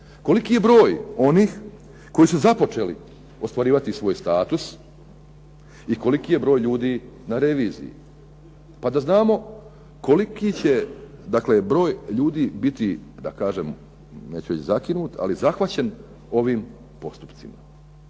Koliki je broj onih koji su započeli ostvarivati svoj status i koliki je broj ljudi na reviziji? Pa da znamo koliki će dakle, broj ljudi biti, da kažem, neću reći zakinut, ali zahvaćen ovim postupcima.